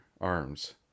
arms